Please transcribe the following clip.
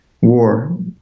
war